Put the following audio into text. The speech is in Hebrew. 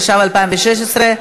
התשע"ו 2015,